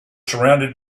surrounded